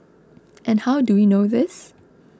and how do you know this